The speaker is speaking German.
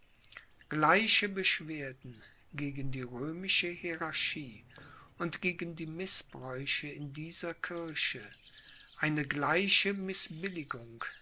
gleiche beschwerden gegen die römische hierarchie und gegen die mißbräuche in dieser kirche eine gleiche